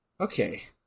Okay